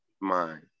mind